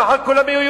מחר כולם יהיו,